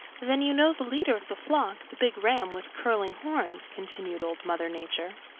then you know the leader of the flock, the big ram with curling horns, continued old mother nature.